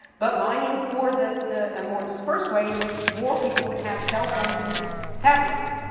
but mining for the the ah more dispersed way in which, more people would have cell phones and tablets.